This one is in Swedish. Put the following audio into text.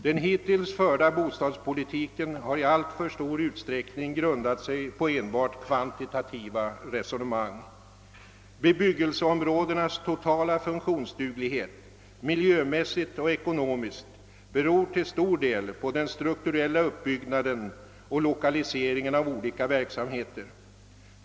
Den hittills förda bostadspolitiken har i alltför stor utsträckning grundat sig på enbart kvantitativa resonemang. Bebyggelseområdenas totala funktionsduglighet, miljömässigt och ekonomiskt, beror till stor del på den strukturella uppbyggnaden och lokaliseringen av olika verksamheter.